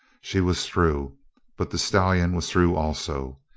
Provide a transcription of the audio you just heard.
she was through but the stallion was through also.